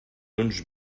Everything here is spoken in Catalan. uns